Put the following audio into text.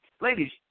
ladies